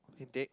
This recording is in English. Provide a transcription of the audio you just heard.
Hip-Teck